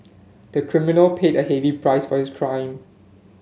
the criminal paid a heavy price for his crime